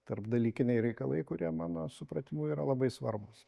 tarpdalykiniai reikalai kurie mano supratimu yra labai svarbūs